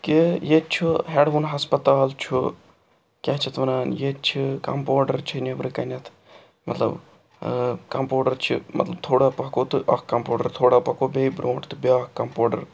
کہِ ییٚتہِ چھُ ہٮ۪ڈوُن ہَسپَتال چھُ کیٛاہ چھِ اَتھ وَنان ییٚتہِ چھِ کَمپوڈَر چھِ نیٚبرٕ کَنٮ۪تھ مطلب کَمپوڈَر چھِ مطلب تھوڑا پَکو تہٕ اَکھ کَمپوڈَر تھوڑا پَکو بیٚیہِ برٛونٛٹھ تہٕ بیٛاکھ کَمپوڈَر